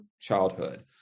childhood